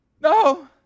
No